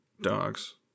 dogs